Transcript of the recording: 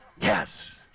Yes